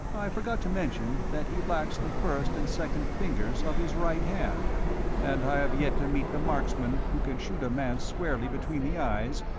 i forgot to mention that he lacks the first and second fingers of his right hand and i have yet to meet the marksman who can shoot a man squarely between the eyes,